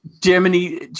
Germany